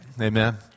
Amen